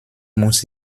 muss